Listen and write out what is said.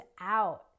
out